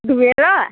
धोएँ ल